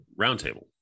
roundtable